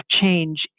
change